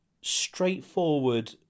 straightforward